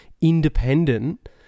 independent